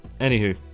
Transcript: anywho